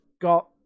got